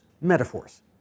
metaphors